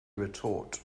retort